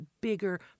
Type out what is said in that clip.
bigger